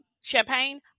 champagne